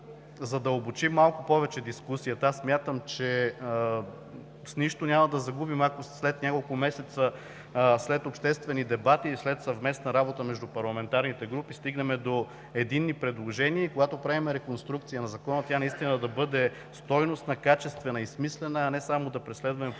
да задълбочим малко повече дискусията. Смятам, че нищо няма да загубим, ако след няколко месеца, след обществени дебати и след съвместна работа между парламентарните групи стигнем до единни предложения и когато правим реконструкция на Закона, тя наистина да бъде стойностна, качествена и смислена, а не само да преследваме политически